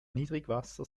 niedrigwasser